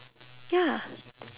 ya